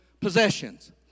possessions